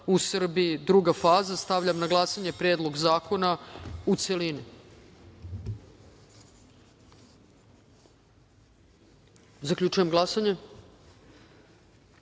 u Srbiji - druga faza. Stavljam na glasanje Predlog zakona, u celini. Zaključujem glasanje: